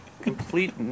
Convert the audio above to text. complete